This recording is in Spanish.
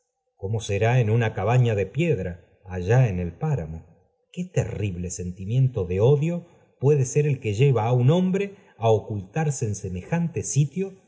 cómo será en una cabaña de piedra allá en el páramo qué terrible sentimiento de odio puede ser el que lleva á un hombre á ocultarse en semejante sitio